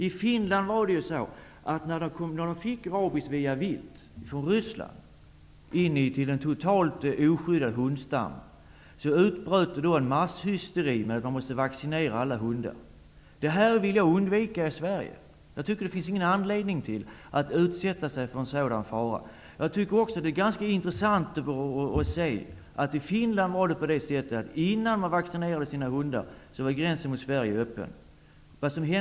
I Finland kom rabiessmittan till den totalt oskyddade hundstammen via viltet från Ryssland. Då utbröt en masshysteri om att alla hundar måste vaccineras. Jag vill undvika något sådant i Sverige. Det finns ingen anledning att utsätta sig för en sådan fara. Innan man i Finland började vaccinera hundar var gränsen mot Sverige öppen.